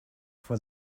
for